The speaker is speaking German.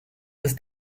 ist